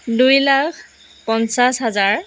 দুই লাখ পঞ্চাছ হাজাৰ